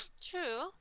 True